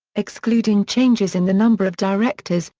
excluding changes in the number of directors,